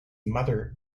mother